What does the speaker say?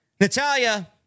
Natalia